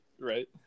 right